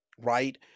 right